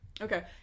Okay